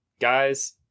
Guys